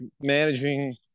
managing